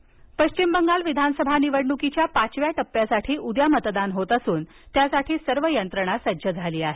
निवडणक पश्बिम बंगाल विधानसभा निवडणुकीच्या पाचव्या टप्प्यात उद्या मतदान होत असून त्यासाठी सर्व यंत्रणा सज्ज झाली आहे